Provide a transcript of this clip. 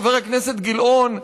חבר הכנסת גילאון,